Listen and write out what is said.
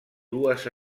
dues